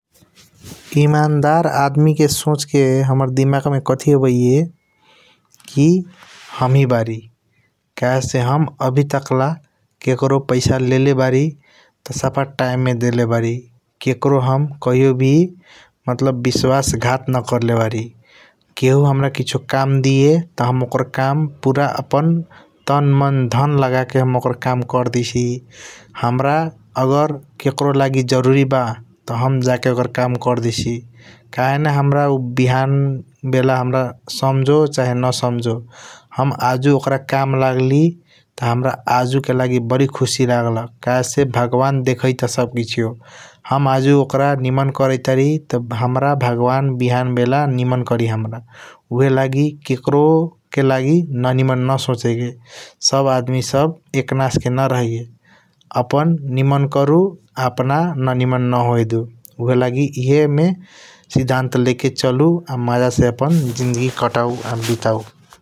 ईमानदार आदमी के सोच के हाम्रा दिमाग मे कथी आबिया की हमही बारी कहेसे हम आवी टाकला केकारों पैसा लेले बारी । त साफ टाइम मे डेले बारी ककरों वी हम बिस्वास घाट न करले बारी केहु हाम्रा कसियों काम दएया त हम ओकर काम पूरा। तन मन धन लगाके हम ओकर काम करदेसी हाम्रा अगर ककरों लागि जरूरी ब हम ओकर काम करडेसी कहेन न । हाम्रा बिहान बेला उ हाम्रा समझो या न समझो हम आजू ओकर काम लागली त हाम्रा आजू के लागि बारी खुसी लगलख । कहेसे वगवान देखाइट ब सब कसियों हम आजू ओकर निमन करैत बारी त वगवान बिहान बेला हाम्रा भगवान निमन कड़ी हाम्रा । ऊहएलगी ककरों के लागि ननीमन न सोचएके सब आदमी सब एक न्यास के नरहैया अपना निमन करू अपना ननिम्न न होऊ देऊ । ऊहएलगी हयामे सिड़दंत लेके चालू आ मज़ा से अपना ज़िंदगी कटाऊ आ भिताऊ ।